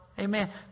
Amen